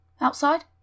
outside